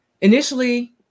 initially